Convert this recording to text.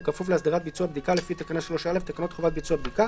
ובכפוף להסדרת ביצוע בדיקה לפי תקנה 3(א) לתקנות חובת ביצוע בדיקה".